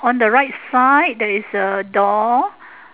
on the right side there is a door